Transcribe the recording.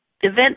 event